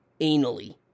anally